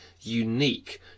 unique